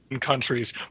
countries